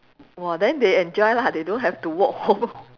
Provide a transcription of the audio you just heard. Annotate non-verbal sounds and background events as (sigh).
!wah! then they enjoy lah they don't have to walk home (laughs)